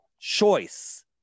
choice